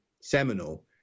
seminal